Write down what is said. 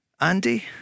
Andy